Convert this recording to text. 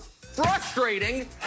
frustrating